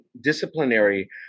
Disciplinary